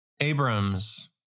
Abram's